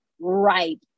right